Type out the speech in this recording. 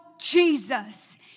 Jesus